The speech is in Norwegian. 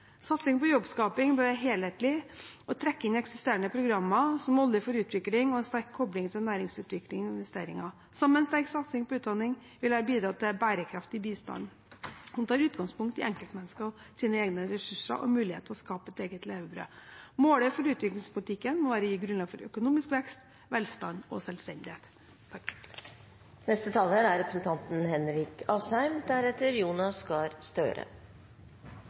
på jobbskaping bør være helhetlig, trekke inn eksisterende programmer som Olje for utvikling og ha en sterk kobling til næringsutvikling og investeringer. Sammen med en sterk satsing på utdanning vil det bidra til en bærekraftig bistand som tar utgangspunkt i enkeltmenneskenes egne ressurser og mulighet til å skape sitt eget levebrød. Målet for utviklingspolitikken må være å gi grunnlag for økonomisk vekst, velstand og selvstendighet. Det er